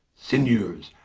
sinewes,